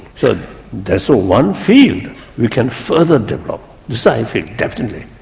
so that's ah one field we can further develop scientifically definitely.